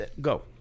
go